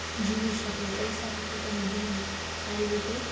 જીવી શકે પૈસાથી પોતાનું જીવન સારી રીતે